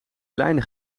kleine